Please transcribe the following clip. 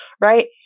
right